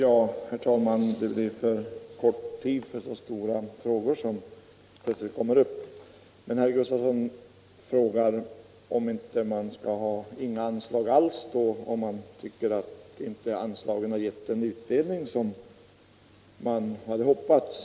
Herr talman! Det är för kort tid för så stora frågor som plötsligt kommer upp. Herr Gustavsson i Nässjö frågar om man inte helt skall ta bort anslagen om man tycker att de inte har givit den utdelning som man hade hoppats.